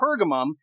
Pergamum